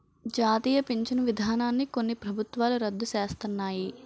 జాతీయ పించను విధానాన్ని కొన్ని ప్రభుత్వాలు రద్దు సేస్తన్నాయి